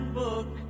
book